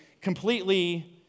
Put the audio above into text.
completely